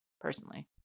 personally